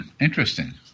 Interesting